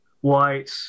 white